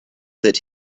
that